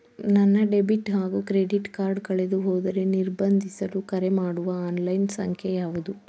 ನನ್ನ ಡೆಬಿಟ್ ಹಾಗೂ credit card ಕಳೆದುಹೋದರೆ ನಿರ್ಬಂಧಿಸಲು ಕರೆಮಾಡುವ ಆನ್ಲೈನ್ ಸಂಖ್ಯೆಯಾವುದು?